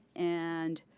and